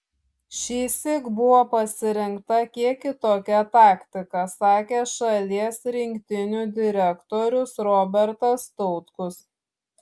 šįsyk buvo pasirinkta kiek kitokia taktika sakė šalies rinktinių direktorius robertas tautkus